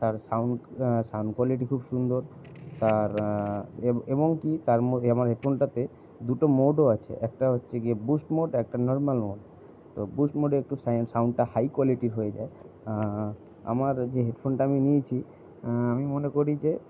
তার sound sound quality খুব সুন্দর তার এবং কি তার মধ্যে এ আমার হেডফোনটাতে দুটো মোডও আছে একটা হচ্ছে গিয়ে বুস্ট মোড একটা নর্মাল মোড তো বুস্ট মোডে একটু সাইন্ড সাউন্ডটা হাই কোয়ালিটির হয়ে যায় আমার যে হেডফোনটা আমি নিয়েছি আমি মনে করি যে